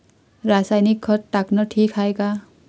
रासायनिक खत टाकनं ठीक हाये का?